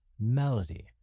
melody